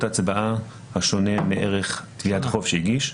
הצבעה השונה מערך תביעת החוב שהגיש,